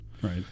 Right